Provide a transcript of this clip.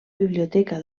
biblioteca